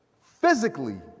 physically